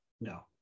No